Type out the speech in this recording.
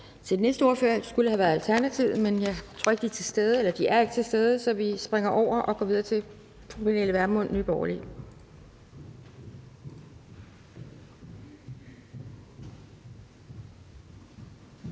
til den næste ordfører, som skulle have været Alternativet, men de er ikke til stede, så vi springer dem over og går videre til fru Pernille Vermund, Nye Borgerlige.